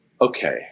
okay